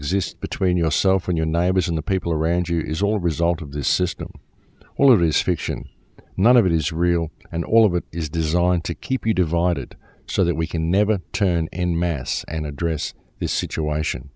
exists between yourself and your neighbors in the people around you is all result of this system all of his fiction none of it is real and all of it is designed to keep you divided so that we can never turn en masse and address the situation